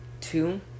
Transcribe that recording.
Two